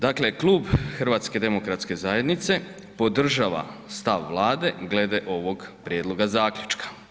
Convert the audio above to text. Dakle, Klub HDZ podržava stav Vlade glede ovog prijedloga zaključka.